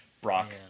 Brock